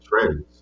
trends